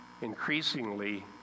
increasingly